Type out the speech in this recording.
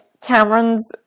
Cameron's